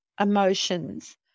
emotions